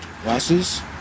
Glasses